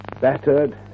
battered